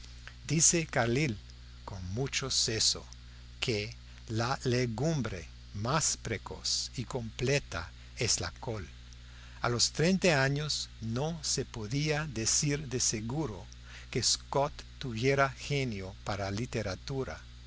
dice carlyle con mucho seso que la legumbre más precoz y completa es la col a los treinta años no se podía decir de seguro que scott tuviera genio para la literatura